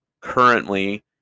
currently